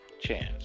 chance